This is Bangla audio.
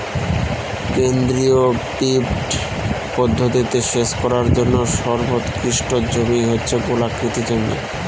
কেন্দ্রীয় পিভট পদ্ধতিতে সেচ করার জন্য সর্বোৎকৃষ্ট জমি হচ্ছে গোলাকৃতি জমি